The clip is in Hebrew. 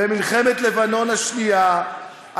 במלחמת לבנון השנייה,